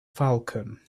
falcon